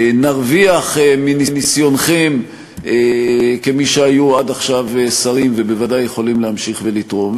נרוויח מניסיונכם כמי שהיו עד עכשיו שרים ובוודאי יכולים להמשיך ולתרום,